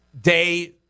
day